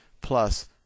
plus